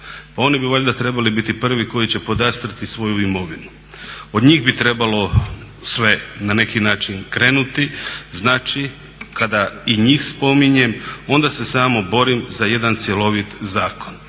Pa oni bi valjda trebali biti prvi koji će podastrti svoju imovinu. Od njih bi trebalo sve na neki način krenuti. Znači kada i njih spominjem onda se samo borim za jedan cjelovit zakon.